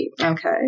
Okay